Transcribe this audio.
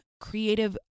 creative